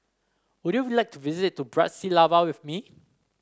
would you like to visit Bratislava with me